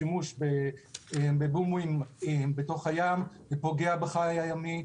השימוש בבומואים בתוך הים פוגע בחי הימי,